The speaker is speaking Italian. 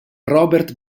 robert